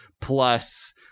plus